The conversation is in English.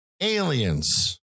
Aliens